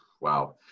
Wow